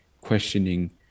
questioning